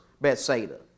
Bethsaida